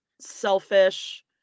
selfish